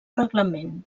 reglament